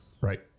Right